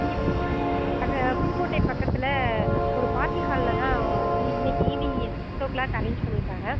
இங்கே பக்க புதுக்கோட்டை பக்கத்தில் ஒரு பார்ட்டி ஹாலில் தான் இ இன்னிக்கு evening uh six o'clock arrange பண்ணியிருக்காங்க